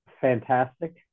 fantastic